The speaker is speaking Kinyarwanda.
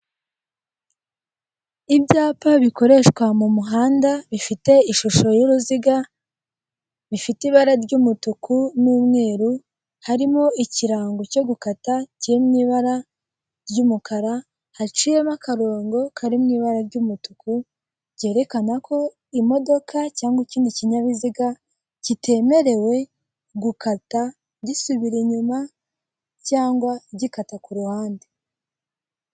Ibyapa bikoreshwa mu muhanda bifite ishusho y'uruziga bifite ibara ry'umutuku n'umweru, harimo ikirango cyo gukata kiri mu ibara ry'umukara haciyemo akarongo kari mu ibara ry'umutuku ryerekana ko imodoka cyangwa ikindi kinyabiziga kitemerewe gukata gisubira inyuma cyangwa gikata ku ruhande.